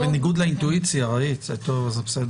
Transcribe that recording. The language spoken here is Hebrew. בוקר טוב.